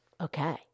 Okay